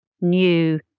new